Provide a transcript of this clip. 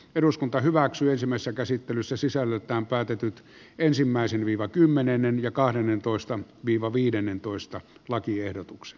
eduskunta hyväksyisimmässä käsittelyssä sisällöltään päätetyt ensimmäisen viiva kymmenennen ja kahdennentoista viiva viidennentoista lakiehdotuksen